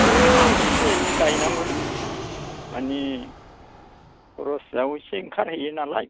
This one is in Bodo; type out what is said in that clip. एसे एनै गायनांगौलै माने खरसआव एसे ओंखारहोयो नालाय